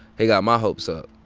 he got my hopes up.